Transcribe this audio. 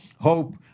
hope